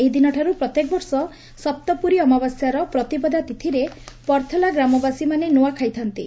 ସେହିଦିନ ଠାରୁ ପ୍ରତ୍ୟେକ ବର୍ଷ ସପ୍ତପୁରି ଅମାବାସ୍ୟାର ପ୍ରତିପଦା ତିଥିରେ ପଥର୍ଲା ଗ୍ରାମବାସୀ ମାନେ ନୁଆଖାଇଥାନ୍ତି